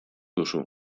duzu